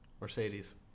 Mercedes